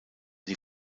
die